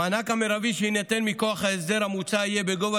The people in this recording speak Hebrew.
המענק המרבי שיינתן מכוח ההסדר המוצע יהיה בגובה